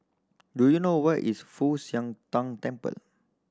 do you know where is Fu Tang Temple